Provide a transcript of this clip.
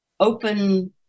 open